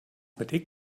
mit